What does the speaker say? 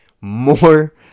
more